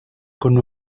con